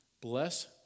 Bless